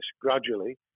gradually